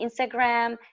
Instagram